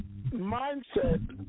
mindset